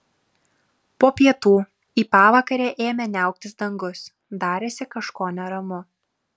po pietų į pavakarę ėmė niauktis dangus darėsi kažko neramu